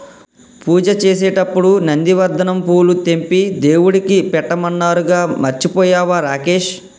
పూజ చేసేటప్పుడు నందివర్ధనం పూలు తెంపి దేవుడికి పెట్టమన్నానుగా మర్చిపోయినవా రాకేష్